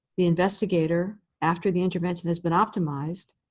the investigator, after the intervention has been optimized,